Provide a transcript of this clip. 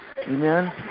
Amen